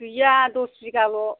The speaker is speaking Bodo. गैया दस बिघाल'